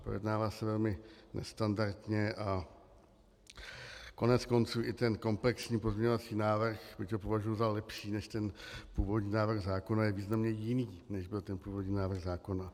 Projednává se velmi nestandardně a koneckonců i ten komplexní pozměňovací návrh, byť ho považuji za lepší než ten původní návrh zákona, je významně jiný, než byl ten původní návrh zákona.